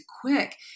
quick